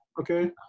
okay